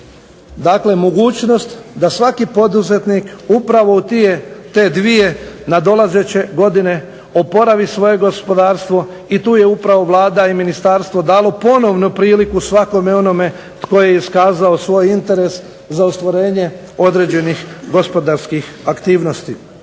dakle mogućnost da svaki poduzetnik upravo u te dvije nadolazeće godine oporavi svoje gospodarstvo i tu je upravo Vlada i ministarstvo dalo ponovno priliku svakome onome tko je iskazao svoj interes za ostvarenje određenih gospodarskih aktivnosti.